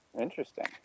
Interesting